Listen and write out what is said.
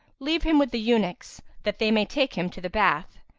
leave him with the eunuchs, that they may take him to the bath.